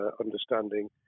understanding